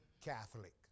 Catholic